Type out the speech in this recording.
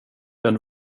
den